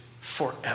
forever